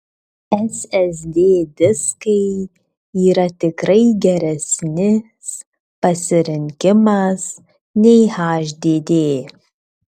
ssd diskai yra tikrai geresnis pasirinkimas nei hdd